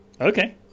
Okay